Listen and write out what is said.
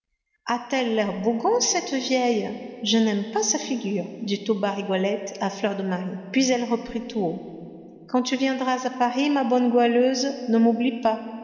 l'air bougon cette vieille je n'aime pas sa figure dit tout bas rigolette à fleur de marie puis elle reprit tout haut quand tu viendras à paris ma bonne goualeuse ne m'oublie pas